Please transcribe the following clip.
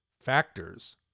factors